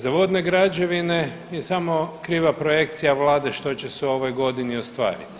Za vodne građevine je samo kriva projekcija vlade što će se u ovoj godini ostvariti.